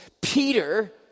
Peter